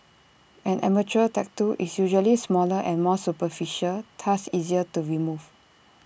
an amateur tattoo is usually smaller and more superficial thus easier to remove